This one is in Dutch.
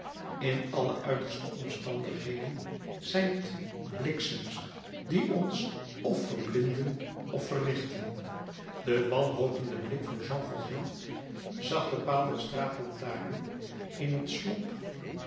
in alle uiterste omstandigheden zijn het bliksems die ons f verblinden f verlichten de wanhopende blik van jean valjean zag den paal der straatlantaarn in het slop